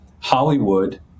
Hollywood